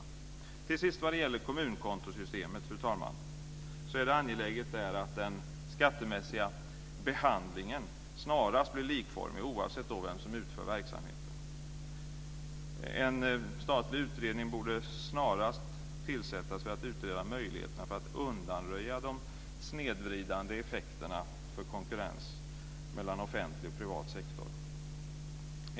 Till sist, fru talman, är det vad gäller kommunkontosystemet angeläget att den skattemässiga behandlingen snarast blir likformig, oavsett vem som utför verksamheten. En statlig utredning borde snarast tillsättas för att utreda möjligheterna att undanröja de snedvridande effekterna för konkurrens mellan offentlig och privat sektor.